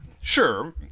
sure